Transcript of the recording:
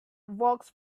walks